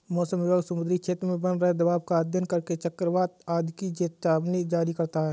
मौसम विभाग समुद्री क्षेत्र में बन रहे दबाव का अध्ययन करके चक्रवात आदि की चेतावनी जारी करता है